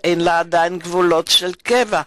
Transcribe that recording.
שאין לה עדיין גבולות קבע.